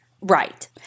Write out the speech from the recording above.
Right